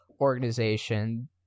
organization